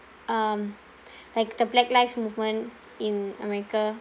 um like the black life movement in america